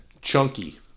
Chunky